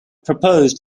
proposed